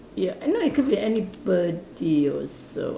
ya uh no it could be anybody also